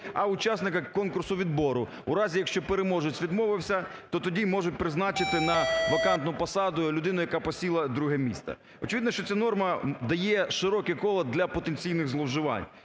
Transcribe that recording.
а учасника конкурсу відбору. У разі, якщо переможець відмовився, то тоді можуть призначити на вакантну посаду людину, яка просіла друге місце. Очевидно, що ця норма дає широке коло для потенційних зловживань.